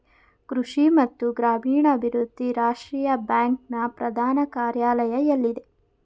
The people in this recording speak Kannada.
ಕೃಷಿ ಮತ್ತು ಗ್ರಾಮೀಣಾಭಿವೃದ್ಧಿ ರಾಷ್ಟ್ರೀಯ ಬ್ಯಾಂಕ್ ನ ಪ್ರಧಾನ ಕಾರ್ಯಾಲಯ ಎಲ್ಲಿದೆ?